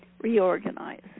reorganize